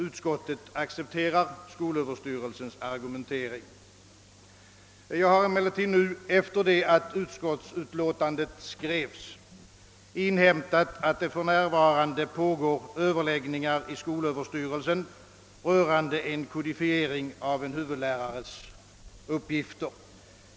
Utskottet accepterar skolöverstyrelsens argumentering. Jag har emellertid nu, efter det att utlåtandet skrevs, inhämtat, att det för närvarande pågår överläggningar inom skolöverstyrelsen rörande en kodifiering av huvudlärares uppgifter.